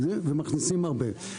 ומכניסים הרבה.